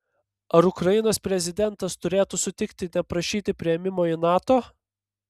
ar ukrainos prezidentas turėtų sutikti neprašyti priėmimo į nato